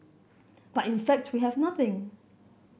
but in fact we have nothing